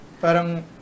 parang